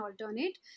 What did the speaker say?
alternate